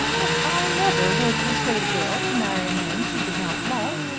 but i never would persuade a girl to marry a man she did not love.